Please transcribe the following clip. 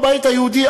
הבית היהודי,